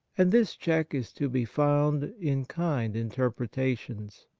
and this check is to be found in kind inter pretations.